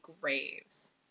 graves